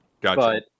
Gotcha